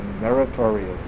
meritorious